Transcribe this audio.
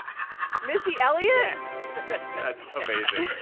missy elliott? yes that's amazing.